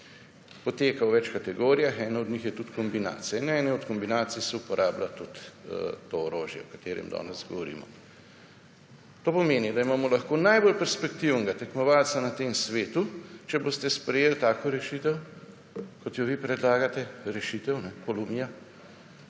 poteka v več kategorijah, ena od njih je tudi kombinacija. Na eni od kombinacij se uporablja tudi to orožje, o katerem danes govorimo. To pomeni, da imamo lahko najbolj perspektivnega tekmovalca na tem svetu, če boste sprejeli tako rešitev, kot jo vi predlagate, rešitev, ne, polomija,